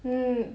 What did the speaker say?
mmhmm